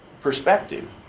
perspective